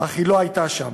אך לא הייתה שם.